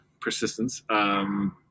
persistence